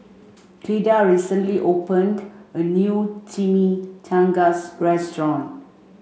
Clyda recently opened a new Chimichangas restaurant